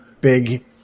big